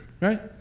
right